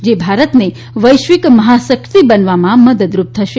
જે ભારતને વૈશ્વિક મહાશક્તિ બનાવવા મદદરૂપ થશે